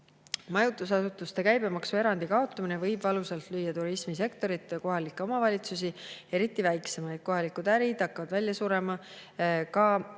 "Majutusasutuste käibemaksuerandi kaotamine võib valusalt lüüa turismisektorit ja kohalikke omavalitsusi, eriti väiksemaid. Kohalikud ärid hakkavad välja surema […].